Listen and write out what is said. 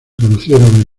conocieron